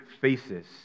faces